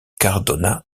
cardona